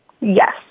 Yes